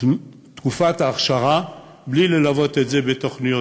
תקופת ההכשרה בלי ללוות את זה בתוכניות